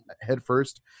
headfirst